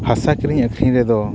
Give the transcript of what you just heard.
ᱦᱟᱥᱟ ᱠᱤᱨᱤᱧ ᱟᱹᱠᱷᱨᱤᱧ ᱨᱮᱫᱚ